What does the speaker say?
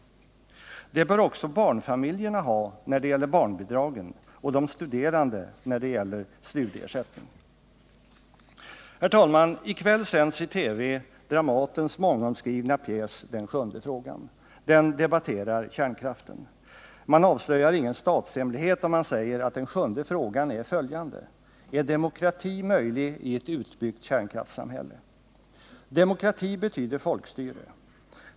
Det bör också barnfamiljerna ha när det gäller barnbidragen och de studerande när det gäller studieersättning. Herr talman! I kväll sänds i TV Dramatens mångomskrivna pjäs Den sjunde frågan. Den debatterar kärnkraften. Man avslöjar ingen statshemlighet om man säger att den sjunde frågan är följande: Är demokrati möjlig i ett utbyggt kärnkraftssamhälle? Demokrati betyder folkstyre.